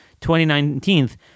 2019